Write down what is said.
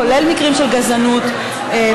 כולל מקרים של גזענות בעיר.